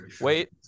Wait